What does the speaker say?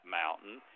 mountain